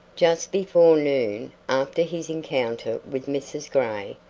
just before noon, after his encounter with mrs. gray,